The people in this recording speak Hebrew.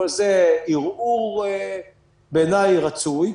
אבל זה ערעור בעיניי רצוי,